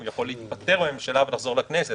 הוא יכול להתפטר מהממשלה ולחזור לכנסת.